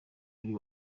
kuri